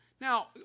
now